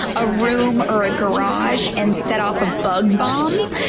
a room or a garage, and set off a bug bomb.